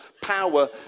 power